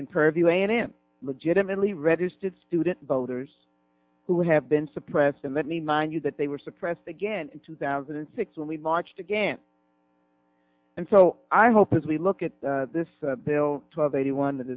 purview and in legitimately registered student voters who have been suppressed and let me remind you that they were suppressed again in two thousand and six when we marched again and so i hope as we look at this bill twelve eighty one that